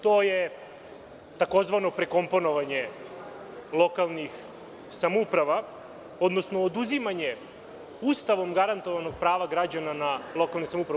To je takozvano prekomponovanje lokalnih samouprava, odnosno oduzimanje Ustavom garantovanog prava građana na lokalne samouprave.